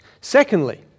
Secondly